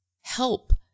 help